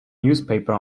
newspaper